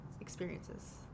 Experiences